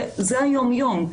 זה היום יום.